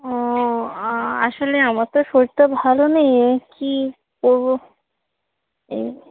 ও আসলে আমার তো শরীরটা ভালো নেই কী করবো এই